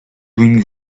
doing